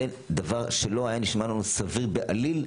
זה דבר שלא היה נשמע לנו סביר בעליל,